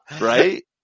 right